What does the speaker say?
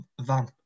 van